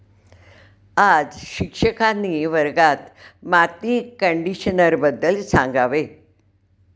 आज शिक्षकांनी वर्गात माती कंडिशनरबद्दल सांगावे